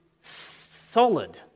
solid